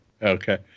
Okay